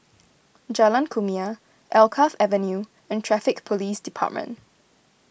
Jalan Kumia Alkaff Avenue and Traffic Police Department